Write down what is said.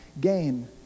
gain